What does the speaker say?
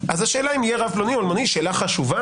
השאלה אם יהיה רב פלוני או אלמוני היא שאלה חשובה,